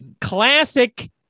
classic